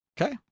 Okay